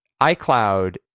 iCloud